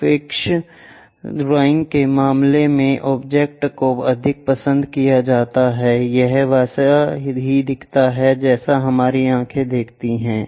परिप्रेक्ष्य ड्राइंग के मामले में ऑब्जेक्ट को अधिक पसंद किया जाता है यह वैसा ही दिखता है जैसे हमारी आंखें देखती हैं